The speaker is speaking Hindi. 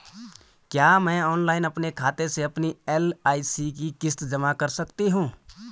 क्या मैं ऑनलाइन अपने खाते से अपनी एल.आई.सी की किश्त जमा कर सकती हूँ?